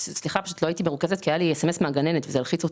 לא הייתי מרוכזת כי קיבלתי מסרון מהגננת וזה הלחיץ אותי.